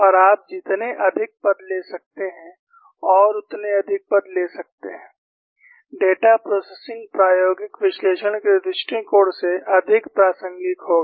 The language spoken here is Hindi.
और आप जितने अधिक पद ले सकते हैं और उतने अधिक पद ले सकते हैं डेटा प्रोसेसिंग प्रायोगिक विश्लेषण के दृष्टिकोण से अधिक प्रासंगिक होगा